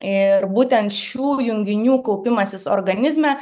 ir būtent šių junginių kaupimasis organizme